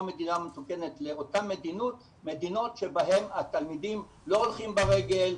מדינה מתוקנת לאותן מדינות שבהן התלמידים לא הולכים ברגל,